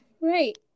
Right